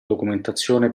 documentazione